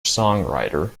songwriter